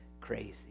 crazy